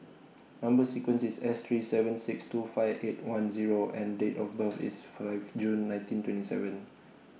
Number sequence IS S three seven six two five eight one Zero and Date of birth IS five June nineteen twenty seven